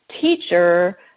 teacher